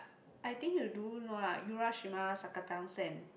I think you do know lah you Urashimasakatasen